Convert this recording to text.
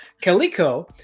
Calico